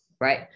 right